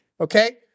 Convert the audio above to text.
Okay